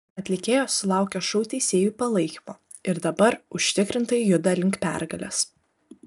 atlikėjos sulaukė šou teisėjų palaikymo ir dabar užtikrintai juda link pergalės